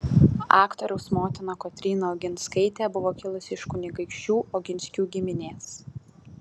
aktoriaus motina kotryna oginskaitė buvo kilusi iš kunigaikščių oginskių giminės